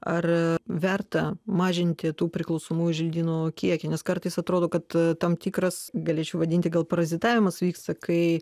ar verta mažinti tų priklausomųjų želdynų kiekį nes kartais atrodo kad tam tikras galėčiau vadinti gal parazitavimas vyksta kai